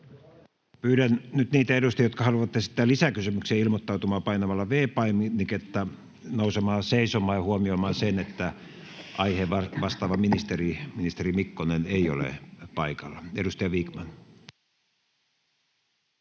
Pyydän nyt niitä edustajia, jotka haluavat esittää lisäkysymyksiä, ilmoittautumaan painamalla V-painiketta, nousemaan seisomaan ja huomioimaan sen, että aihevastaava ministeri, ministeri Mikkonen, ei ole paikalla. — Edustaja Vikman.